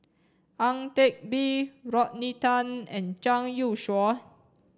Ang Teck Bee Rodney Tan and Zhang Youshuo